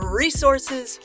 resources